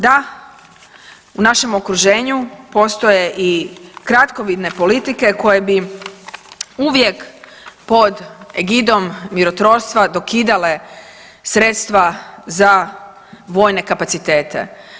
Da, u našem okruženju postoje i kratkovidne politike koje bi uvijek pod egidom mirotvorstva dokidale sredstva za vojne kapacitete.